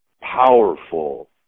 powerful